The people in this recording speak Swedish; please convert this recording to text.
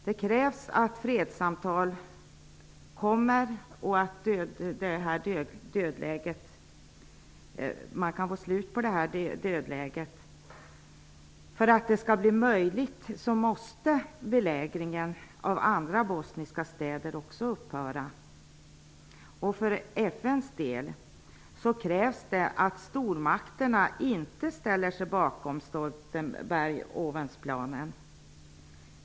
Det krävs nu att fredssamtalen kommer ur sitt dödläge. För att det skall bli möjligt måste belägringen av andra bosniska städer också upphöra. För FN:s del krävs att stormakterna inte ställer sig bakom Stoltenberg-Owens plan.